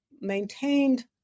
maintained